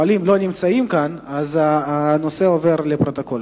שהשואלים לא נמצאים כאן, אז הנושא עובר לפרוטוקול.